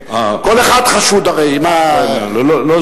כל אחד חשוד הרי במשהו.